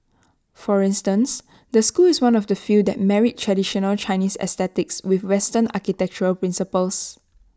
for instance the school is one of the few that married traditional Chinese aesthetics with western architectural principles